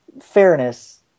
fairness